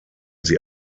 sie